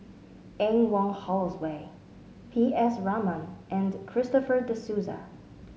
Anne Wong Holloway P S Raman and Christopher De Souza